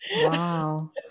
wow